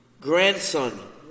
Grandson